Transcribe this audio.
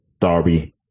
Derby